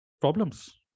problems